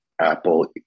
Apple